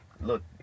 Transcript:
look